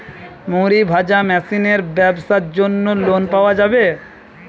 মুড়ি ভাজা মেশিনের ব্যাবসার জন্য লোন পাওয়া যাবে?